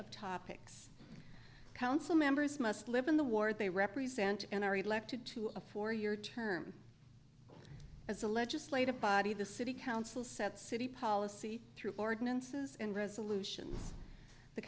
of topics council members must live in the ward they represent an area elected to a four year term as a legislative body the city council sets city policy through ordinances and resolutions the